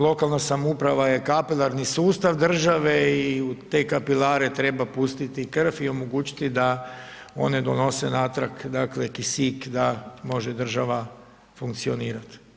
Lokalna samouprava je kapilarni sustav države i u te kapilare treba pustiti krv i omogućiti da one donose natrag dakle kisik da može država funkcionirati.